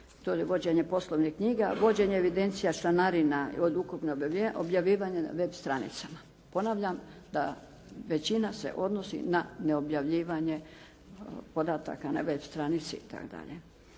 to je vođenje poslovnih knjiga, vođenje evidencija članarina od ukupno objavljivanja na web stranicama. Ponavljam da većina se odnosi na neobjavljivanje podataka na web stranici itd.